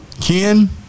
Ken